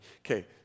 Okay